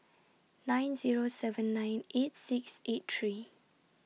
nine Zero seven nine eight six eight three